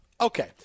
Okay